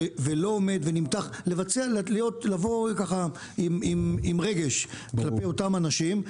צריך לבוא עם רגש כלפי אותם אנשים,